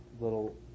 little